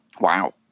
Wow